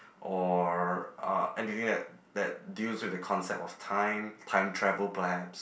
or uh anything that that deals with the concept of time time travel perhaps